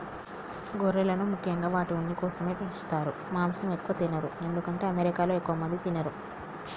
గొర్రెలను ముఖ్యంగా వాటి ఉన్ని కోసమే పెంచుతారు మాంసం ఎక్కువ తినరు ఎందుకంటే అమెరికాలో ఎక్కువ మంది తినరు